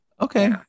Okay